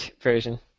version